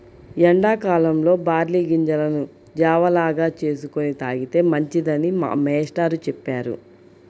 ఎండా కాలంలో బార్లీ గింజలను జావ లాగా చేసుకొని తాగితే మంచిదని మా మేష్టారు చెప్పారు